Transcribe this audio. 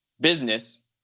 business